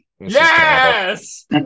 Yes